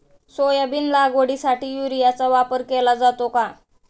Soybean लागवडीसाठी युरियाचा वापर केला जातो का?